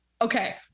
okay